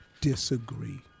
disagree